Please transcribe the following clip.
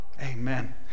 Amen